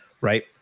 Right